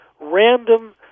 random